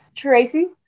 Tracy